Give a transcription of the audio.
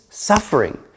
suffering